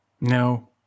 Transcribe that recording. No